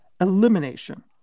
elimination